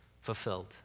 fulfilled